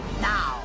Now